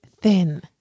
thin